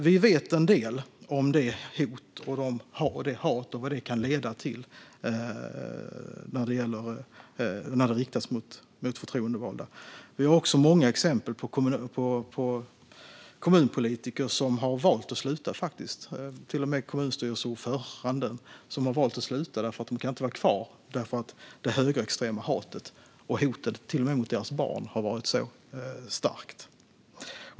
Vi vet alltså en del om vad hot och hat kan leda till när det riktas mot förtroendevalda. Det finns också många exempel på kommunpolitiker, till och med kommunstyrelseordförande, som har valt att sluta. De kan inte vara kvar eftersom det högerextrema hatet och hotet, till och med mot deras barn, har varit så starkt.